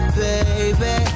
baby